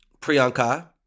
Priyanka